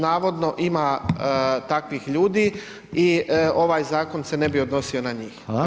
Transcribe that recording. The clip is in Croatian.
Navodno ima takvih ljudi i ovaj zakon se ne bi odnosi na njih.